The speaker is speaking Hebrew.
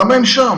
למה הם שם?